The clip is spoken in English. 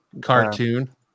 cartoon